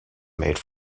made